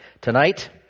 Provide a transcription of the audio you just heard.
Tonight